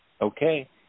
Okay